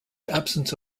absence